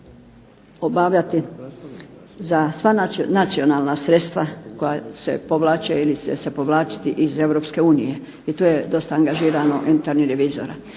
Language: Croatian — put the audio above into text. obavljati za sva nacionalna sredstva koja se povlače ili će se povlačiti iz Europske unije i tu je dosta angažirano unutarnjih revizora.